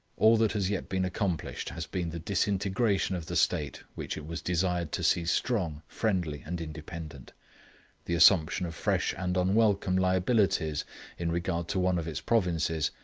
all that has yet been accomplished has been the disintegration of the state which it was desired to see strong, friendly and independent the assumption of fresh and unwelcome liabilities in regard to one of its provinces,